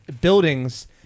buildings